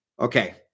Okay